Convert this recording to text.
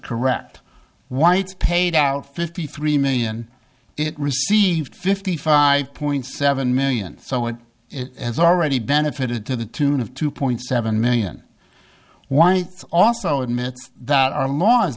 correct why it's paid out fifty three million it received fifty five point seven million so it has already benefited to the tune of two point seven million why it's also admits that our law